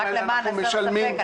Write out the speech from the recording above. רק למען הסר ספק,